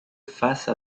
face